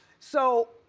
so,